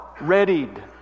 readied